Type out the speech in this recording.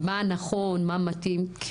מה נכון מה מתאים.